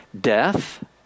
death